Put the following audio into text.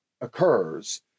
occurs